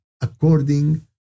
according